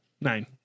Nine